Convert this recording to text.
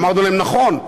אמרנו להם: נכון,